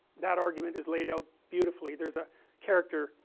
that argument is laid out beautifully, there is a character,